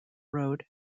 road